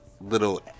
little